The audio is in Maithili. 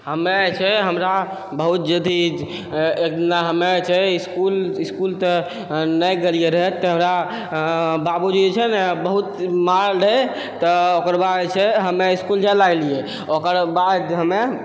हमे जे छै हमरा बहुत जे अथी एकदिना हमे जे छै इसकुल इसकुल तऽ नहि गेलियै रहऽ तऽ हमरा बाबूजी जे छै ने बहुत मारलै रहै तऽ ओकर बाद जे छै हमे इसकुल जाय लागलियै ओकर बाद हमे